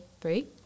Three